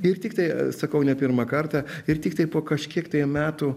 ir tiktai sakau ne pirmą kartą ir tiktai po kažkiek metų